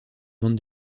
bande